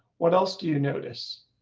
what else do you notice